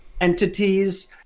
entities